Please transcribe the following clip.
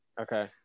Okay